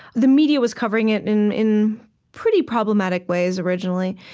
the media was covering it in in pretty problematic ways, originally.